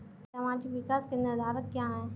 सामाजिक विकास के निर्धारक क्या है?